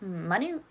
money